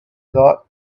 thought